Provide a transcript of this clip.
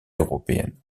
européenne